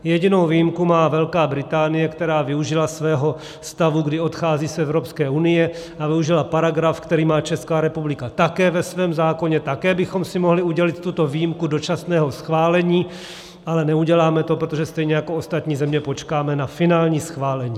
Jedinou výjimku má Velká Británie, která využila svého stavu, kdy odchází z Evropské unie, a využila paragraf, který má Česká republika také ve svém zákoně, také bychom si mohli udělil tuto výjimku dočasného schválení, ale neuděláme to, protože stejně jako ostatní země počkáme na finální schválení.